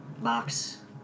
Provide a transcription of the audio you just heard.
box